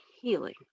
healing